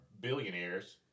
billionaires